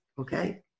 Okay